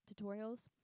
tutorials